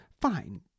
Fine